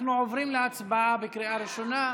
אנחנו עוברים להצבעה בקריאה ראשונה.